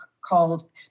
called